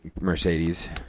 mercedes